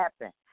happen